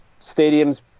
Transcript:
stadiums